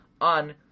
on